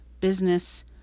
business